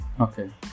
okay